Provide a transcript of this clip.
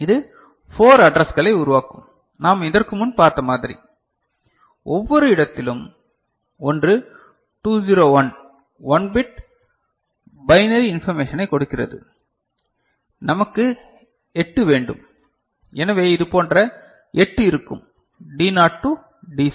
இது 4 அட்ரஸ்களை உருவாக்கும் நாம் இதற்கு முன் பார்த்த மாதிரி ஒவ்வொரு இடத்திலும் ஒன்று 201 1 பிட் பைனரி இன்பர்மேஷனை கொடுக்கிறது நமக்கு 8 வேண்டும் எனவே இதுபோன்ற 8 இருக்கும் D0 டு D7